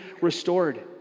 restored